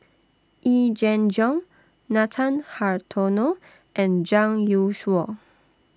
Yee Jenn Jong Nathan Hartono and Zhang Youshuo